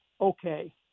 okay